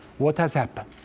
what has happened?